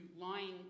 lying